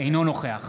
אינו נוכח